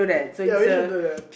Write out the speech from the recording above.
ya we should do that